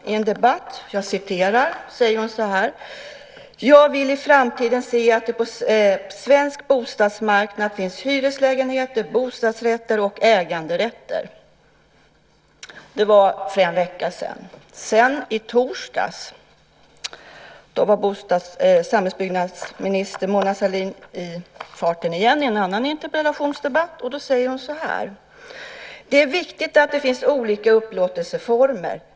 Så här säger hon i en debatt: "Jag vill i framtiden se att det på svensk bostadsmarknad finns hyreslägenheter, bostadsrätter och äganderätter." Det var för en vecka sedan. I torsdags var samhällsbyggnadsminister Mona Sahlin i farten igen i en annan interpellationsdebatt. Då säger hon så här: "Det är viktigt att det finns olika upplåtelseformer.